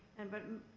and but,